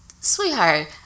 sweetheart